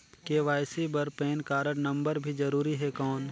KYC बर PAN card number भी जरूरी हे कौन?